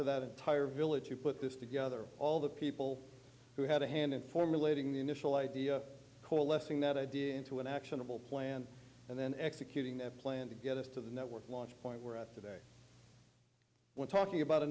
to that entire village to put this together all the people who had a hand in formulating the initial idea coalescing that idea into an actionable plan and then executing the plan to get us to the network launch point we're at today we're talking about a